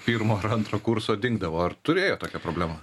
pirmo ar antro kurso dingdavo ar turėjot tokią problemą